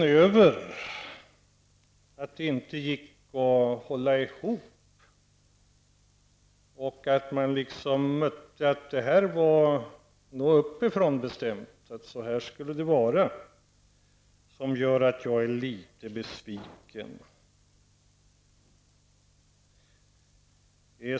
Det är för att det inte gick att hålla ihop och för att man möttes av att det hela bestämdes uppifrån som jag är litet besviken.